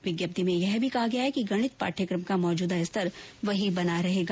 विज्ञप्ति में यह भी कहा गया है कि गणित पाठ्यक्रम का मौजूदा स्तर वहीं बना रहेगा